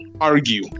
argue